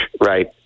right